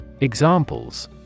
Examples